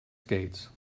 skates